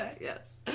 Yes